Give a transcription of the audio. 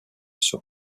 saut